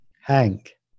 Hank